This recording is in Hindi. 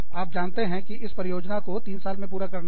आप जानते हैं कि इस परियोजना को 3 साल में पूरा करना है